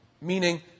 meaning